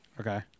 Okay